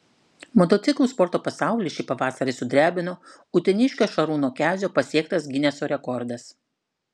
motociklų sporto pasaulį šį pavasarį sudrebino uteniškio šarūno kezio pasiektas gineso rekordas